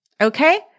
Okay